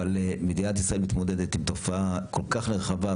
אבל מדינת ישראל מתמודדת עם תופעה כל כך רחבה,